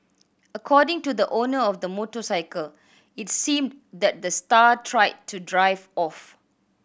according to the owner of the motorcycle it seemed that the star tried to drive off